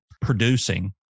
producing